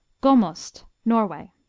gomost norway